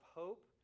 hope